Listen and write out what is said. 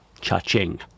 Cha-ching